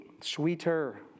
sweeter